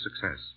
success